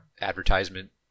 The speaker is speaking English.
advertisement